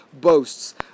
boasts